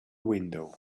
window